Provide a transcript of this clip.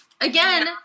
Again